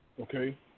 Okay